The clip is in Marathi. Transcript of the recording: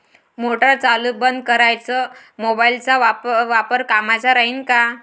मोटार चालू बंद कराच मोबाईलचा वापर कामाचा राहीन का?